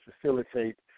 facilitate